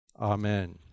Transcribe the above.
Amen